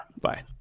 bye